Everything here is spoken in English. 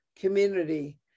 community